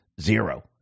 zero